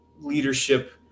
leadership